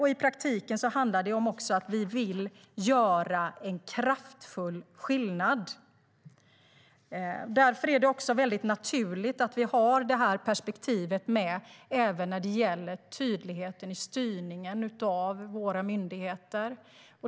I praktiken handlar det också om att vi vill göra en kraftfull skillnad. Därför är det också naturligt att det här perspektivet är med även när det gäller tydligheten i styrningen av våra myndigheter.